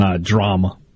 drama